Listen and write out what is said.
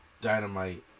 Dynamite